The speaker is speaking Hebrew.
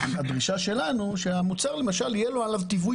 הדרישה שלנו היא שעל המוצר למשל תהיה תווית